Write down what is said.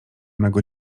mego